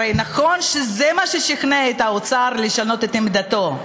הרי נכון שזה מה ששכנע את האוצר לשנות את עמדתו.